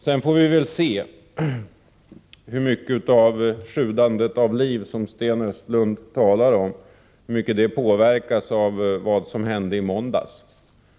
Vi får väl se hur aktiviteten i Uddevalla — Sten Östlund säger ju att det sjuder av liv i staden — påverkas av vad som hände i måndags.